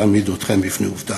להעמיד אתכם בפני עובדה.